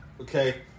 okay